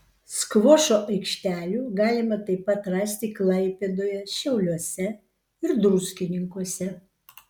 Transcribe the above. skvošo aikštelių galima taip pat rasti klaipėdoje šiauliuose ir druskininkuose